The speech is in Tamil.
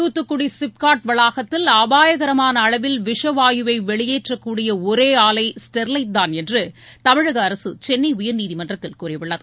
தூத்துக்குடி சிப்காட் வளாகத்தில் அபாயகரமான அளவில் விஷவாயுவை வெளியேற்றக்கூடிய ஒரே ஆலை ஸ்டெர்லைட்தான் என்று தமிழக அரசு சென்னை உயர்நீதிமன்றத்தில் கூறியுள்ளது